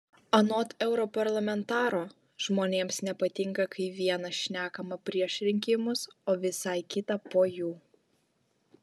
anot europarlamentaro žmonėms nepatinka kai viena šnekama prieš rinkimus o visai kita po jų